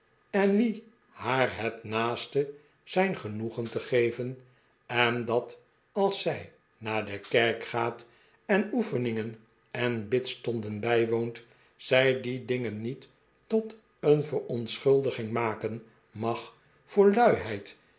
en wie haar het naaste zijn genoegen te geven en dat als zij naar de kerk gaat en oefeningen en bidstonden bijwoont zij die dingen niet tot een verontschuldiging maken mag voor luiheid